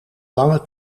lange